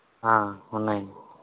ఉన్నాయండి